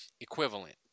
equivalent